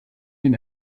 den